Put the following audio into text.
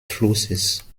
flusses